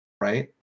right